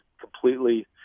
completely